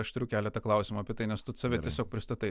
aš turiu keletą klausimų apie tai nes tu save tiesiog pristatai